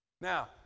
Now